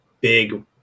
big